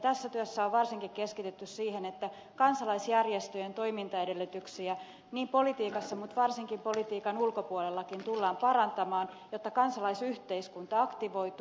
tässä työssä on varsinkin keskitytty siihen että kansalaisjärjestöjen toimintaedellytyksiä niin politiikassa mutta varsinkin politiikan ulkopuolellakin tullaan parantamaan jotta kansalaisyhteiskunta aktivoituu